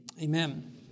Amen